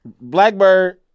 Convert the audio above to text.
Blackbird